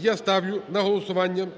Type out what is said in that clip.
Я ставлю на голосування